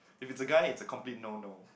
if it's a guy it's a complete no no